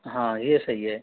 हाँ ये सही है